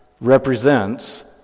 represents